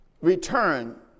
Return